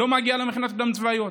לא מגיע למכינות קדם-צבאיות.